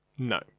No